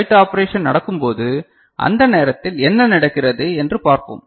right operation நடக்கும்போது அந்த நேரத்தில் என்ன நடக்கிறது என்று பார்ப்போம்